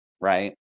right